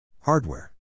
Hardware